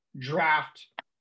draft